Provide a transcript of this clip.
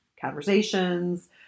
conversations